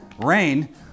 rain